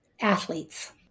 athletes